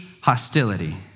hostility